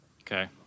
Okay